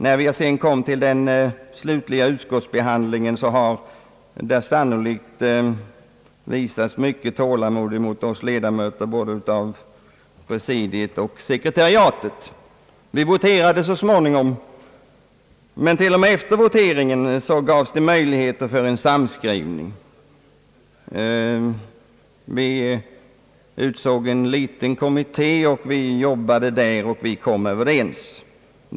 När vi sedan kom fram till den slutliga utskottsbehandlingen har där sannerligen visats mycket tålamod mot oss ledamöter både av presidiet och sekretariatet. Vi voterade så småningom, men till och med efter voteringen gavs det möjligheter till en samskrivning. Vi utsåg en liten kommitté, vi arbetade inom den och kom överens.